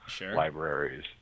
libraries